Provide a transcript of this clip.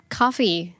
coffee